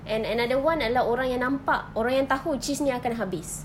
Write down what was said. and another one adalah orang yang nampak orang yang tahu cheese ini akan habis